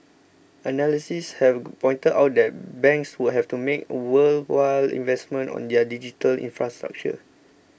analysts have pointed out that banks would have to make worthwhile investments on their digital infrastructure